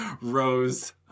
Rose